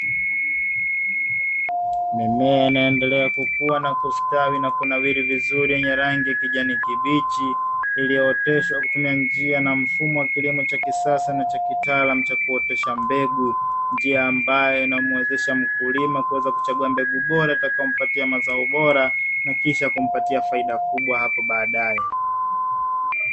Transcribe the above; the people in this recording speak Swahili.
Mimea inaendelea kukuwa na kustawi na kunawiri vizuri yenye rangi ya kijani kibichi, iliyooteshwa kwa kutumia njia na mfumo wa kilimo cha kisasa na cha kitaalamu cha kuotesha mbegu, njia ambayo inamuwezesha mkulima kuweza kuchagua mbegu bora itakayompatia mazao bora, na kisha kumpatia faida kubwa hapo baadaye.